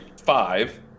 five